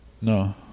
No